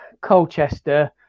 Colchester